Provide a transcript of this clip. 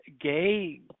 Gay